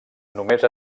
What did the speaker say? només